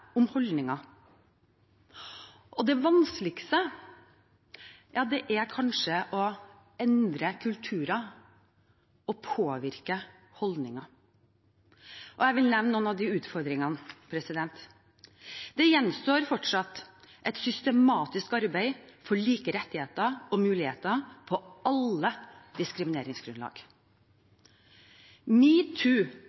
holdninger. Det vanskeligste er kanskje å endre kulturer og å påvirke holdninger. Jeg vil nevne noen utfordringer: Det gjenstår et systematisk arbeid for like rettigheter og muligheter på alle diskrimineringsgrunnlag.